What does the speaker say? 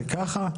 זה ככה?